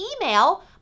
email